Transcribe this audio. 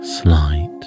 Slight